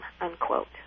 unquote